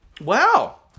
Wow